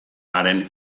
haren